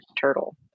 turtle